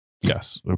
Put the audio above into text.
Yes